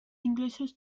ingresos